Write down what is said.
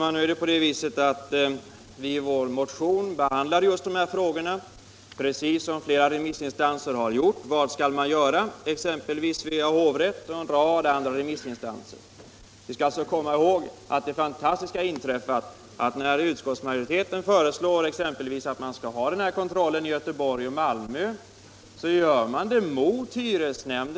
Herr talman! I vår motion behandlade vi de här frågorna precis som flera remissinstanser har gjort, exempelvis Svea hovrätt. Vi skall komma ihåg att det fantastiska har inträffat att när utskottsmajoriteten förordar att den i propositionen föreslagna kontrollen skall ske i Göteborg och Malmö går den emot